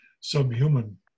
subhuman